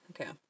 okay